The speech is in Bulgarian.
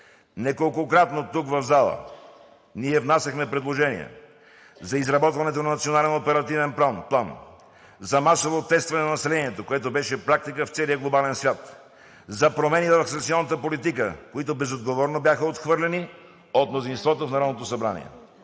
Неколкократно тук в залата ние внасяхме предложения за изработването на национален оперативен план, за масово тестване на населението, което беше практика в целия глобален свят, за промени във ваксинационната политика, които безотговорно бяха отхвърлени от мнозинството в Народното събрание,